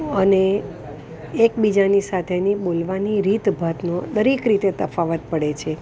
અને એકબીજાની સાથેની બોલવાની રીતભાતનો દરેક રીતે તફાવત પડે છે